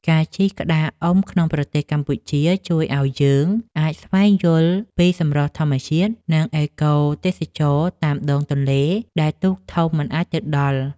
ការជិះក្តារអុំក្នុងប្រទេសកម្ពុជា ជួយឱ្យយើងអាចស្វែងយល់ពីសម្រស់ធម្មជាតិ និងអេកូទេសចរណ៍តាមដងទន្លេដែលទូកធំមិនអាចទៅដល់។